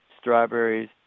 strawberries